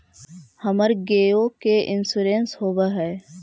हमर गेयो के इंश्योरेंस होव है?